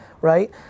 right